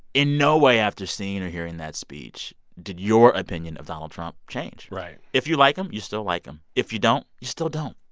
in no way after seeing or hearing that speech did your opinion of donald trump change right if you like him, you still like him. if you don't, you still don't.